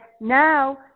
now